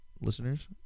listeners